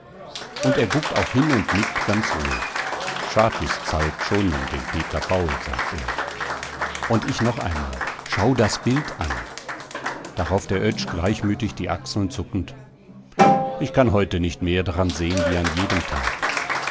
und er guckt auch hin und nickt ganz ruhig schad is halt schon um den peter paul sagt er und ich noch einmal schau das bild an darauf der oetsch gleichmütig die achseln zuckend ich kann heute nicht mehr daran sehen wie jeden tag